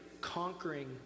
conquering